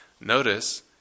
notice